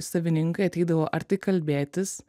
savininkai ateidavo ar tai kalbėtis